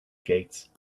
gates